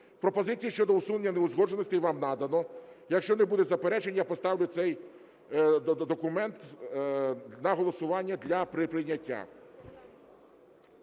Пропозиції щодо усунення неузгодженостей вам надано. Якщо не буде заперечень, я поставлю цей документ на голосування для прийняття.